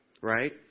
right